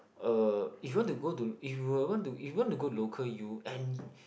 uh if you want to go to if you were want if you want to go to local U and